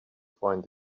find